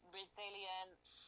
resilience